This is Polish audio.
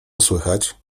słychać